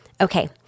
Okay